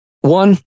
One